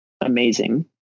amazing